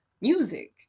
music